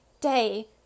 day